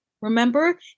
Remember